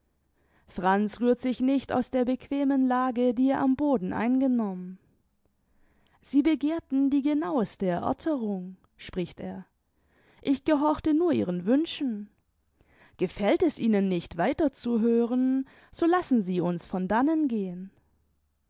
franz rührt sich nicht aus der bequemen lage die er am boden eingenommen sie begehrten die genaueste erörterung spricht er ich gehorchte nur ihren wünschen gefällt es ihnen nicht weiter zu hören so lassen sie uns von dannen gehen